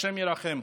השם ירחם.